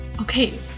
Okay